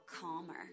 calmer